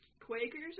Quakers